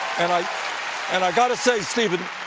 and i've and i've got to say, stephen,